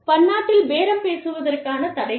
பன்னாட்டில் பேரம் பேசுவதற்கான தடைகள்